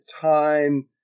time